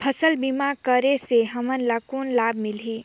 फसल बीमा करे से हमन ला कौन लाभ मिलही?